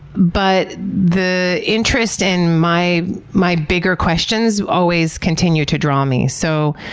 but the interest in my my bigger questions always continued to draw me. so,